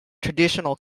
traditional